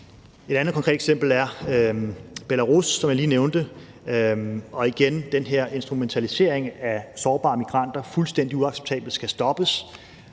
Et andet konkret eksempel er Belarus, som jeg lige nævnte, og igen den her instrumentalisering af sårbare migranter, som er fuldstændig uacceptabel og skal stoppes.